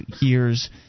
years